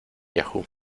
yahoo